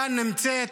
כאן נמצאת